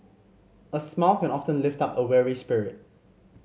a smile can often lift up a weary spirit